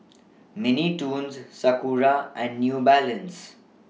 Mini Toons Sakura and New Balance